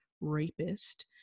rapist